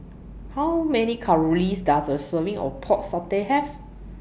How Many Calories Does A Serving of Pork Satay Have